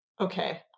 Okay